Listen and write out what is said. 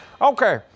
Okay